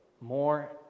more